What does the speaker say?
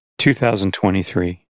2023